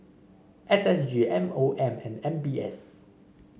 S S G M O M and M B S